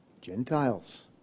Gentiles